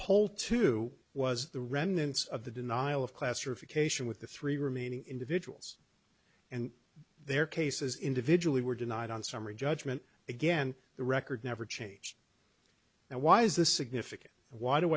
poll to was the remnants of the denial of classification with the three remaining individuals and their cases individually were denied on summary judgment again the record never changed and why is this significant and why do